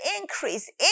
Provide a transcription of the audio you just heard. increase